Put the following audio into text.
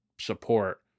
support